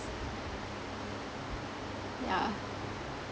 yeah